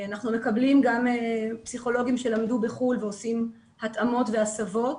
אנחנו מקבלים גם פסיכולוגים שלמדו בחו"ל ועושים התאמות והסבות.